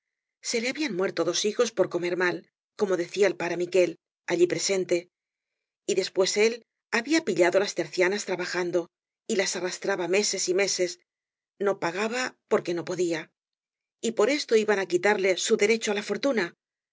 se le habían muerto dos hijos por comer mal como decía el pare miquél allí presente y después él había pillado las tercianas trabajando y las arrastraba meses y meses no pagaba porque no podía y por esto iban á quitarle su derecho á la fortuna